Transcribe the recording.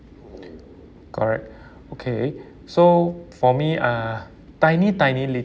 correct okay so for me uh tiny tiny little